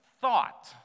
thought